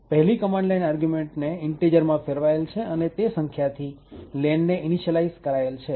પહેલી command line argument ને ઇન્ટીજરમાં ફેરવાયેલ છે અને તે સંખ્યાથી lenને ઇનીસીયલાઈઝ કરાયેલ છે